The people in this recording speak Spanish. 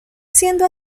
siendo